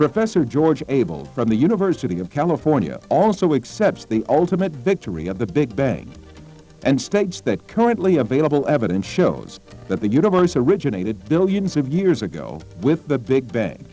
professor george abel from the university of california also accept the ultimate victory of the big bang and states that currently available evidence shows that the universe originated billions of years ago with the big bang